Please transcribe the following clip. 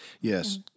Yes